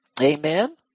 Amen